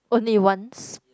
only once